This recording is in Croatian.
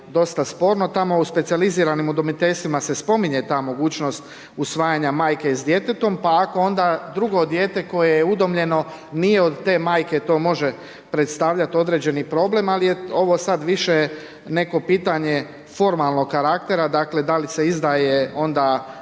u specijaliziranim udomiteljstvom se spominje ta mogućnost usvajanje majke s djetetom pa ako onda drugo dijete koje je udomljeno nije od te majke, to može predstavljati određeni problem, ali je ovo sada više neko pitanje formalnog karaktera, dakle, da li se izdaje onda